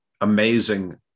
amazing